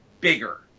bigger